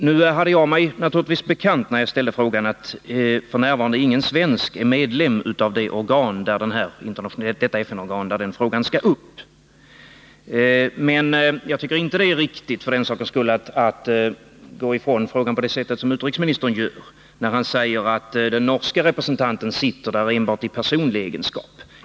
Nu hade jag mig naturligtvis bekant, när jag ställde frågan, att f. n. ingen svensk är medlem av det FN-organ där den här frågan skall tas upp. Men jag tycker inte för den sakens skull att det är riktigt att gå ifrån frågan på det sätt som utrikesministern gör, när han säger att den norske representanten sitter där enbart i personlig egenskap.